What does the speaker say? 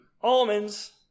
almonds